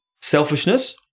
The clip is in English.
selfishness